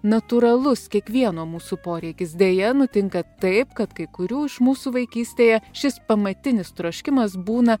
natūralus kiekvieno mūsų poreikis deja nutinka taip kad kai kurių iš mūsų vaikystėje šis pamatinis troškimas būna